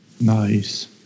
Nice